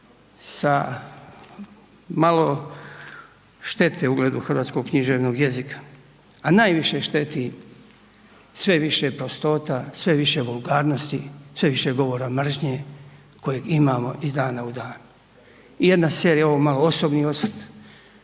sa malo štete ugledu hrvatskog književnog jezika. A najviše šteti sve više prostota, sve više vulgarnosti, sve više govora mržnje kojeg imamo iz dana u dana. I jedna serija, ovo je malo osobni osvrt,